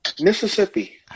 Mississippi